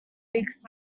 weeks